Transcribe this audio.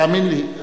תאמין לי.